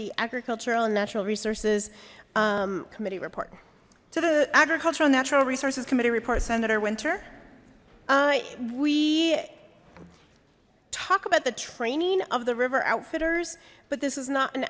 the agricultural and natural resources committee report to the agricultural natural resources committee report senator winter i we talked about the training of the river outfitters but this is not an